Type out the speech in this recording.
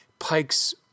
pikes